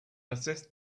assessed